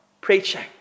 preaching